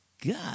God